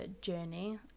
journey